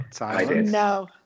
No